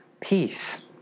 peace